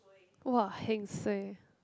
!wah! heng suay